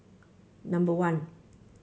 number one